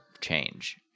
change